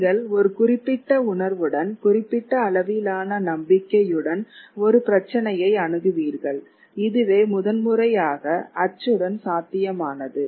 நீங்கள் ஒரு குறிப்பிட்ட உணர்வுடன் குறிப்பிட்ட அளவிலான நம்பிக்கையுடன் ஒரு பிரச்சினையை அணுகுவீர்கள் இதுவே முதன்முறையாக அச்சுடன் சாத்தியமானது